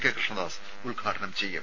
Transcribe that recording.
K Krishnadas ഉദ്ഘാടനം ചെയ്യും